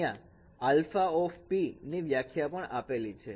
અહીંયા α નીવ્યાખ્યા પણ આપેલી છે